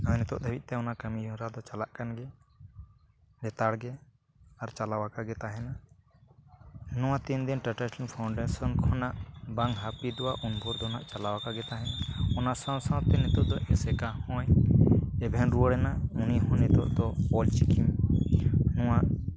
ᱟᱨ ᱱᱤᱛᱚᱜ ᱦᱟᱹᱵᱤᱡ ᱛᱮ ᱚᱱᱟ ᱠᱟᱹᱢᱤ ᱦᱚᱨᱟ ᱫᱚ ᱪᱟᱞᱟᱜ ᱠᱟᱱ ᱜᱮᱭᱟ ᱞᱮᱛᱟᱲᱜᱮ ᱟᱨ ᱪᱟᱞᱟᱣ ᱟᱠᱟᱜᱮ ᱛᱟᱦᱮᱱᱟ ᱱᱚᱣᱟ ᱛᱤᱱ ᱫᱤᱱ ᱴᱟᱴᱟ ᱥᱴᱤᱞ ᱯᱷᱟᱣᱩᱱᱰᱮᱥᱮᱱ ᱠᱷᱚᱱᱟᱜ ᱵᱟᱝ ᱦᱟᱹᱯᱤᱫᱚᱜᱼᱟ ᱩᱱᱵᱷᱳᱨ ᱫᱚ ᱱᱟᱦᱟᱜ ᱪᱟᱞᱟᱣ ᱟᱠᱟᱜᱮ ᱛᱟᱦᱮᱱᱟ ᱚᱱᱟ ᱥᱟᱶ ᱥᱟᱶᱛᱮ ᱱᱤᱛᱚᱜ ᱫᱚ ᱮᱥᱮᱠᱟ ᱦᱚᱸᱭ ᱮᱵᱷᱮᱱ ᱨᱩᱭᱟᱹᱲᱮᱱᱟ ᱩᱱᱤ ᱦᱚᱸ ᱱᱤᱛᱚᱜ ᱫᱚ ᱚᱞ ᱪᱤᱠᱤ ᱱᱚᱣᱟ